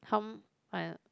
how